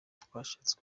twashatse